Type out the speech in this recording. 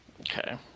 okay